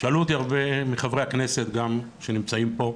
שאלו אותי הרבה מחברי הכנסת, גם אלה שנמצאים פה,